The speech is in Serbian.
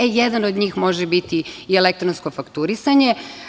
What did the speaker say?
E jedan od njih može biti i elektronsko fakturisanje.